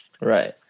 Right